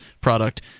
product